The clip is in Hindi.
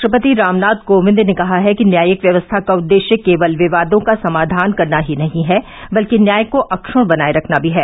राष्ट्रपति रामनाथ कोविंद ने कहा है कि न्यायिक व्यवस्था का उददेश्य केवल विवादों का समाधान करना ही नहीं है बल्कि न्याय को अक्षुण्ण बनाये रखना भी है